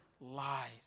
lies